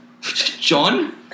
John